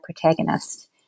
protagonist